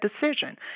decision